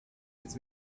des